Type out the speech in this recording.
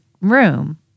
room